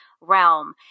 realm